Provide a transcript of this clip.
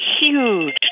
huge